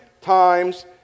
times